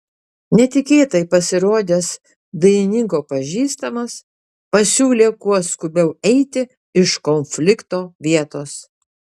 netikėtai pasirodęs dainininko pažįstamas pasiūlė kuo skubiau eiti iš konflikto vietos